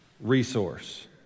resource